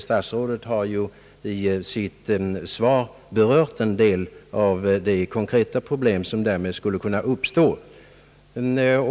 Statsrådet har ju i sitt svar berört en del av de konkreta problem som därmed skulle kunna uppstå.